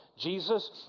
Jesus